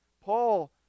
Paul